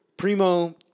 Primo